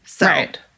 Right